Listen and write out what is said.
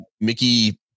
Mickey